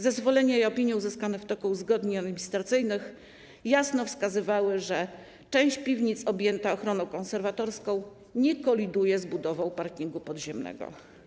Zezwolenie i opinie uzyskane w toku uzgodnień administracyjnych jasno wskazywały, że fakt, iż część piwnic objęta jest ochroną konserwatorską, nie koliduje z budową parkingu podziemnego.